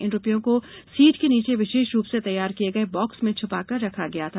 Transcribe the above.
इन रूपयों को सीट के नीचे विशेष रूप से तैयार किये गये बाक्स में छुपाकर रखा गया था